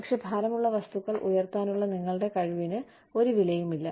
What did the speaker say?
പക്ഷേ ഭാരമുള്ള വസ്തുക്കൾ ഉയർത്താനുള്ള നിങ്ങളുടെ കഴിവിന് ഒരു വിലയുമില്ല